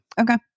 Okay